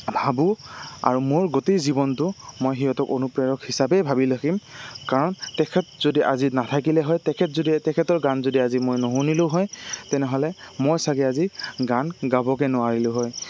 ভাবোঁ আৰু মোৰ গোটেই জীৱনটো মই সিহঁতক অনুপ্ৰেৰক হিচাপেই ভাবি থাকিম কাৰণ তেখেত যদি আজি নাথাকিলে হয় তেখেত যদি তেখেতৰ গান যদি আজি মই নুশুনিলোঁ হয় তেনেহ'লে মই চাগে আজি গান গাবগে নোৱাৰিলোঁ হয়